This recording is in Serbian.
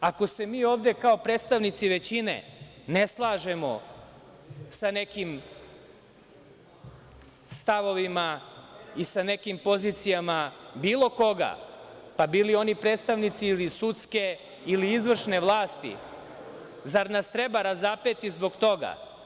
Ako se mi ovde kao predstavnici većine ne slažemo sa nekim stavovima i sa nekim pozicijama bilo koga, pa bili oni predstavnici ili sudske ili izvršne vlasti, zar nas treba razapeti zbog toga?